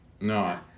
No